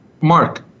Mark